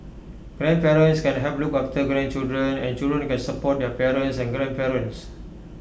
grandparents can help look after grandchildren and children can support their parents and grandparents